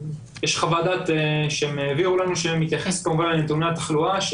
יש חוות דעת שהם העבירו לנו שמתייחסת כמובן לנתוני התחלואה.